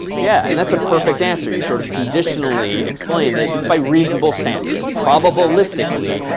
yeah. and that's a perfect answer. you sort of conditionally explained that by reasonable standards probabilistically,